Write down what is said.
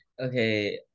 Okay